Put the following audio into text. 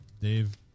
Dave